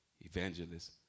evangelist